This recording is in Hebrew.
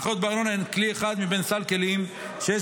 הנחות בארנונה הן כלי אחד מבין סל כלים שיש